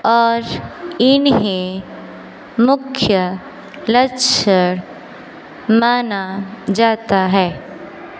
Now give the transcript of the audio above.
और इन्हें मुख्य लक्षण माना जाता है